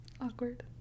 Awkward